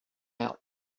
out